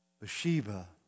Bathsheba